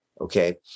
Okay